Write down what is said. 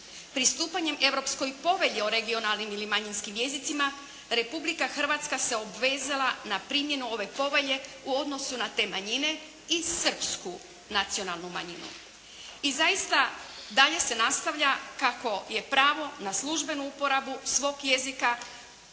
Pristupanjem Europskoj povelji o regionalnim ili manjinskim jezicima Republika Hrvatska se obvezala na primjenu ove povelje u odnosu na te manjine i Srpsku nacionalnu manjinu. I zaista, dalje se nastavlja kako je pravo na službenu uporabu svog jezika